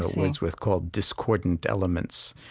wordsworth called discordant elements.